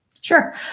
Sure